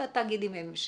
והתאגידים הם שיעבדו.